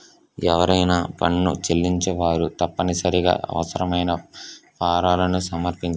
ఎవరైనా పన్ను చెల్లించేవారు తప్పనిసరిగా అవసరమైన ఫారాలను సమర్పించాలి